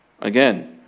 Again